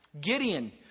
Gideon